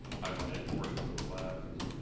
highlighted portion to the left,